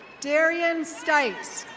darian skypes.